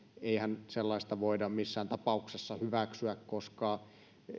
eihän sellaista voida missään tapauksessa hyväksyä koska